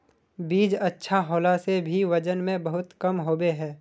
बीज अच्छा होला से भी वजन में बहुत कम होबे है?